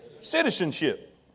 Citizenship